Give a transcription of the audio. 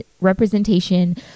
representation